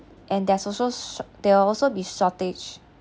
and there's also short there are also be shortage